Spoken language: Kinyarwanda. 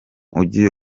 ugiye